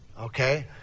Okay